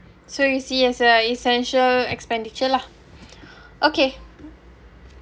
so you see as a essential expenditure lah okay